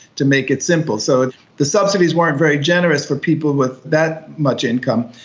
to make it simple. so the subsidies weren't very generous for people with that much income,